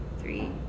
three